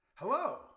Hello